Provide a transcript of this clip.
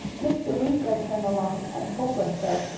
mr. winkler came along and told us so,